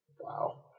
wow